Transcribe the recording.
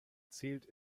zählt